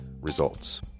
Results